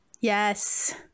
yes